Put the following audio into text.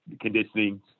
conditioning